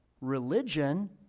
religion